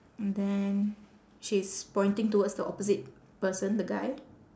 and then she's pointing towards the opposite person the guy